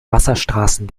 wasserstraßen